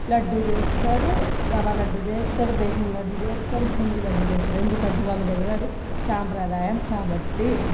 లడ్డు చేస్తారు రవ్వ లడ్డు చేస్తారు బేసన్ లడ్డు చేస్తారు బూందీ లడ్డు చేస్తారు ఎందుకంటే వాళ్ళ దగ్గర అది సాంప్రదాయం కాబట్టి